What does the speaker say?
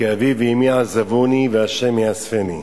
"כי אבי ואמי עזבוני וה' יאספני".